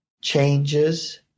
changes